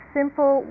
simple